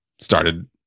started